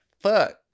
Fuck